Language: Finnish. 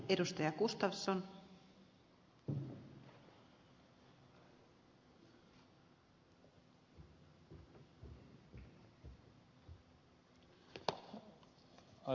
arvoisa rouva puhemies